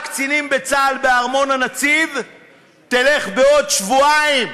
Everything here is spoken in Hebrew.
קצינים בצה"ל בארמון-הנציב תלך בעוד שבועיים